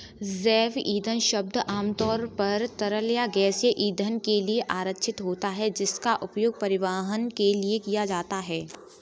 जैव ईंधन शब्द आमतौर पर तरल या गैसीय ईंधन के लिए आरक्षित होता है, जिसका उपयोग परिवहन के लिए किया जाता है